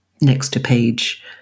next-to-page